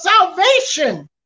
salvation